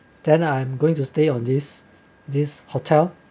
then I'm going to stay on this this hotel